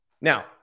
Now